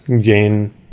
gain